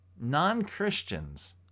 Non-Christians